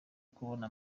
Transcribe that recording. kubona